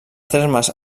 termes